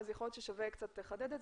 יכול להיות ששווה קצת לחדד.